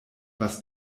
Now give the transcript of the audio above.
was